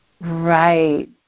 Right